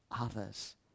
others